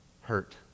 hurt